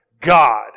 God